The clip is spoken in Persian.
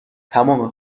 تمام